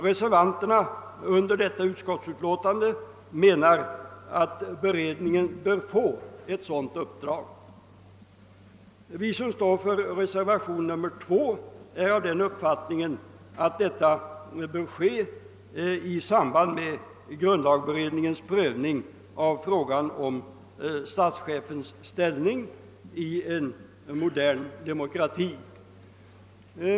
Reservanterna under det nu föreliggande utskottsutlåtandet menar att beredningen bör få ett sådant uppdrag. Vi som står för reservation 2 är av den uppfattningen, att det bör ske i samband med <grundlagberedningens prövning av frågan om statschefens ställning i en modern demokrati.